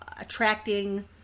attracting